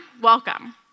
welcome